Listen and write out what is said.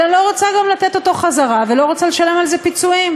אלא לא רוצה גם לתת אותו חזרה ולא רוצה לשלם על זה פיצויים.